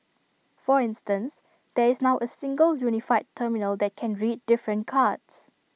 for instance there is now A single unified terminal that can read different cards